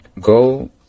go